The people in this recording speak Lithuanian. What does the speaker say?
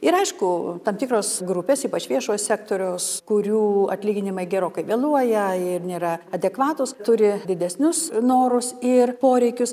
ir aišku tam tikros grupės ypač viešojo sektoriaus kurių atlyginimai gerokai vėluoja ir nėra adekvatūs turi didesnius norus ir poreikius